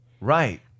Right